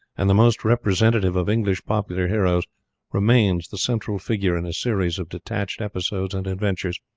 and the most representative of english popular heroes remains the central figure in a series of detached episodes and adventures,